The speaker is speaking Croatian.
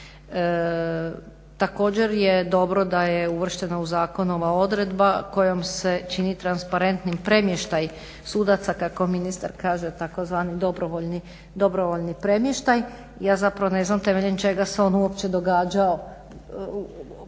Također je dobro da je uvrštena u zakon ova odredba kojom se čini transparentnim premještaj sudaca kako ministar kaže tzv. dobrovoljni premještaj. Ja zapravo ne znam temeljem čega se on uopće događao, osobno